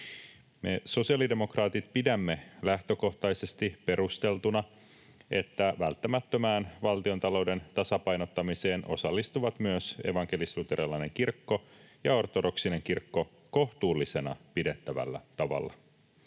Me sosiaalidemokraatit pidämme lähtökohtaisesti perusteltuna, että välttämättömään valtiontalouden tasapainottamiseen osallistuvat myös evankelis-luterilainen kirkko ja ortodoksinen kirkko kohtuullisena pidettävällä tavalla.